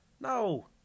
No